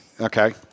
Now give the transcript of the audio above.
Okay